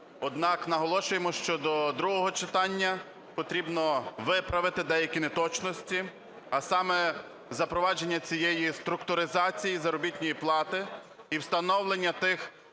Однак наголошуємо, що до другого читання потрібно виправити деякі неточності, а саме запровадження цієї структуризації заробітної плати і встановлення тих